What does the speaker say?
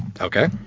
Okay